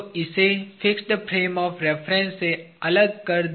तो इसे fixed frame of reference से अलग कर दिया